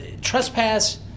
trespass